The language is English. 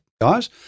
guys